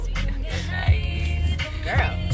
Girl